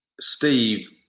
Steve